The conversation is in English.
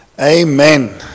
Amen